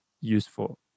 useful